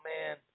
man